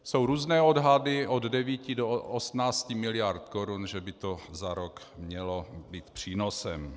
Jsou různé odhady, od 9 do 18 miliard korun, že by to za rok mělo být přínosem.